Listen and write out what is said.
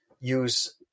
use